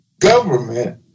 government